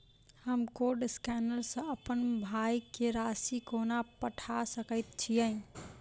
हम code scanner सँ अप्पन भाय केँ राशि कोना पठा सकैत छियैन?